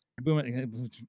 Boom